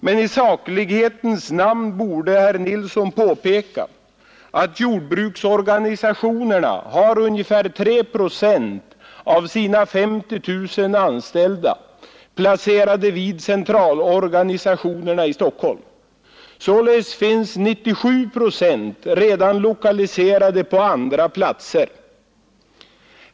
Men i saklighetens namn borde herr Nilsson påpeka att jordbruksorgani sationerna har ungefär 3 procent av sina 50 000 anställda placerade vid centralorganisationerna i Stockholm. Således är 97 procent redan lokaliserade till andra platser.